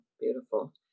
beautiful